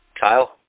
Kyle